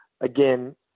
again